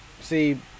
See